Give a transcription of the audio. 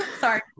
Sorry